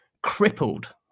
Crippled